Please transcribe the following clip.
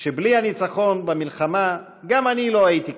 שבלי הניצחון במלחמה גם אני לא הייתי קיים,